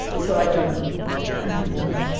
so i don't i don't know.